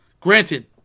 Granted